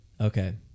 okay